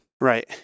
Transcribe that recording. Right